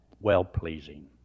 well-pleasing